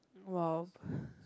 !wow!